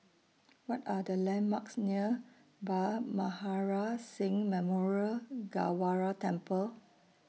What Are The landmarks near Bhai Maharaj Singh Memorial Gurdwara Temple